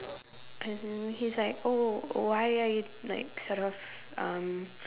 as on he's like oh why are you like sort of um